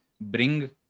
bring